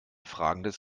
fragendes